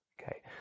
Okay